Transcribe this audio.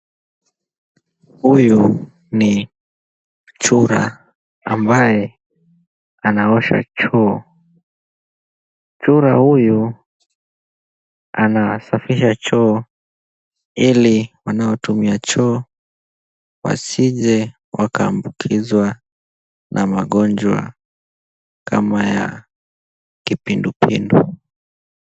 Huyu ni chura ambaye anaosha choo, chura huyu anasafisha choo ili wanaotumia choo wasije wakaambukizwa na magonjwa kama ya kipindupindu.